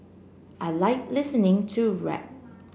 I like listening to rap